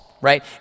right